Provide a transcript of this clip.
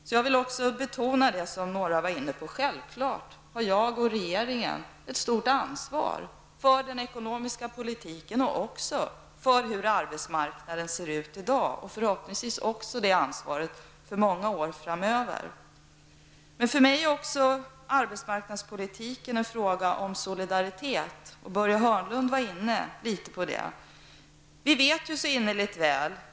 Så jag vill betona det som några varit inne på: Självklart har jag och regeringen ett stort ansvar för den ekonomiska politiken och också för hur arbetsmarknaden ser ut i dag och har förhoppningsvis det ansvaret för många år framöver. Men för mig är arbetsmarknadspolitiken också en fråga om solidaritet, och Börje Hörnlund var inne litet på det.